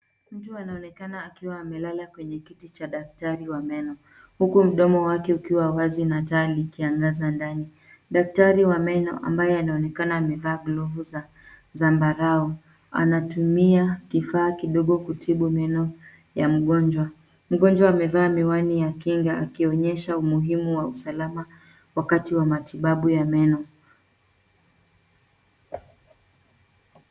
Mtu anaonekana akiwa amelala kwenye kiti cha daktari wa meno. Huku mdomo wake ukiwa wazi na taa likiangaza ndani. Daktari wa meno ambaye anaonekana amevaa glavu za zambarau, anatumia kifaa kidogo kutibu meno ya mgonjwa. Mgonjwa amevaa miwani ya kinga akionyesha umuhimu wa usalama, wakati wa matibabu ya meno.